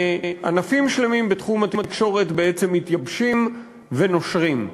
וענפים שלמים בתחום התקשורת בעצם מתייבשים ונושרים.